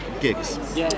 gigs